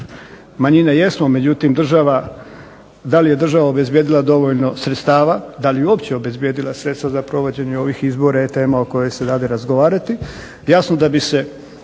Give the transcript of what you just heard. manjine jesmo, međutim da li je država obezbjedila dovoljno sredstava, da li je uopće obezbjedila sredstva za provođenje ovih izbora je tema o kojoj se dade razgovarati. Jasno da bi se